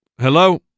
Hello